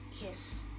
yes